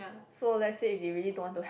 so let's say if they really don't want to